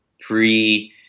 pre